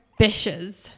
bishes